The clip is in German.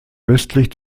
westlich